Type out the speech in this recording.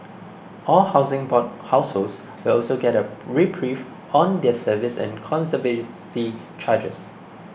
all Housing Board households will also get a reprieve on their service and conservancy charges